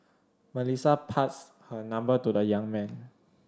Melissa passed her number to the young man